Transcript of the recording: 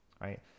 right